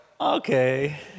okay